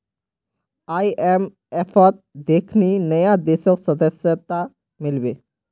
आईएमएफत देखनी नया देशक सदस्यता मिल बे